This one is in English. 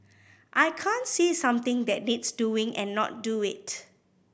I can't see something that needs doing and not do it